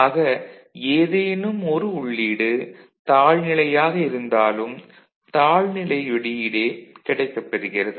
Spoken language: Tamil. ஆக ஏதேனும் ஒரு உள்ளீடு தாழ்நிலையாக இருந்தாலும் தாழ் நிலை வெளியீடே கிடைக்கப்பெறுகிறது